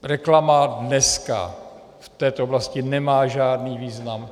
Reklama dneska v této oblasti nemá žádný význam.